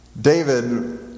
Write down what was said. David